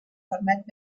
permet